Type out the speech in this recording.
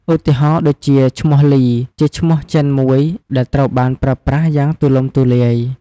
ឧទាហរណ៍ដូចជា ឈ្មោះលី ជាឈ្នោះចិនមួយ ដែលត្រូវបានប្រើប្រាស់យ៉ាងទូលំទូលាយ។